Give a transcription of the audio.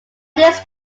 this